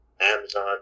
amazon